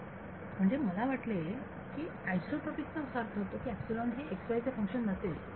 विद्यार्थी म्हणजे मला असे वाटले की आयसोट्रॉपीक चा असा अर्थ होतो की हे x y चे फंक्शन नसेल